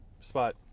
spot